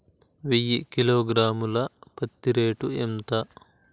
వెయ్యి కిలోగ్రాము ల పత్తి రేటు ఎంత?